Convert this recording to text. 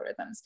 algorithms